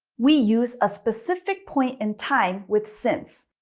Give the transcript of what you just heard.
we use a specific point in time with since.